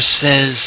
says